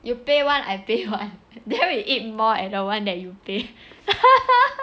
you pay one I pay one then we eat more at the one that you pay